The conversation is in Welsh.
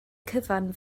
cyfan